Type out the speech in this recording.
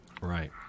Right